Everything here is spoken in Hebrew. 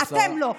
אתם לא.